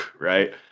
right